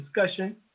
discussion